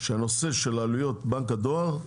שהנושא של עלויות בנק הדואר,